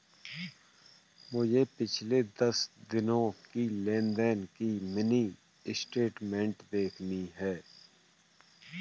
मुझे पिछले दस दिनों की लेन देन की मिनी स्टेटमेंट देखनी है